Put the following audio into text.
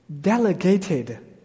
delegated